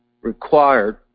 required